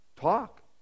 talk